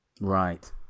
Right